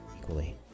equally